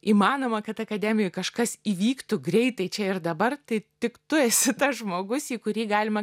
įmanoma kad akademijoj kažkas įvyktų greitai čia ir dabar tai tik tu esi tas žmogus į kurį galima